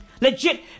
Legit